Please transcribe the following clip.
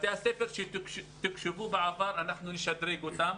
בתי הספר שתוקשבו בעבר, אנחנו נשדרג אותם.